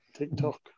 TikTok